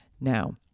Now